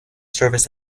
service